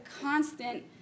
constant